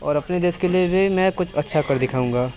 और अपने देश के लिए भी मैं कुछ अच्छा कर दिखाऊँगा